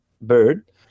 bird